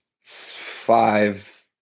five